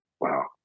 wow